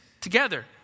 together